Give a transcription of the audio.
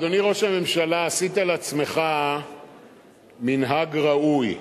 אדוני ראש הממשלה, עשית לעצמך מנהג ראוי.